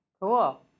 Cool